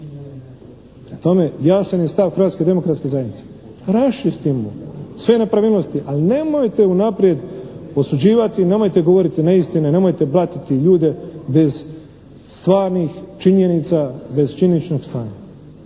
tome jasan je stav Hrvatske demokratske zajednice. … /Govornik se ne razumije./ … Sve nepravilnosti. Ali nemojte unaprijed osuđivati, nemojte govoriti neistine, nemojte blatiti ljude bez stvarnih činjenica, bez činjeničnog stanja.